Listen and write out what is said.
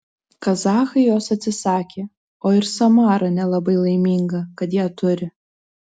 kazachai jos atsisakė o ir samara nelabai laiminga kad ją turi